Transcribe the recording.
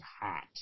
hot